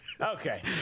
Okay